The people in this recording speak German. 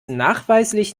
nachweislich